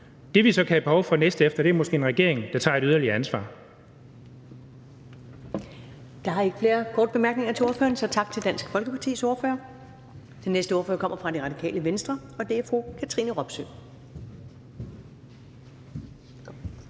Det, vi så kan have et behov for næstefter, er måske en regering, der tager et yderligere ansvar.